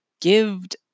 gived